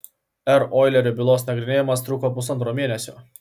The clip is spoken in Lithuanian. r oilerio bylos nagrinėjimas truko pusantro mėnesio